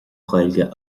gaeilge